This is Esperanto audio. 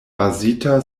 bazita